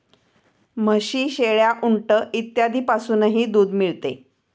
म्हशी, शेळ्या, उंट इत्यादींपासूनही दूध मिळते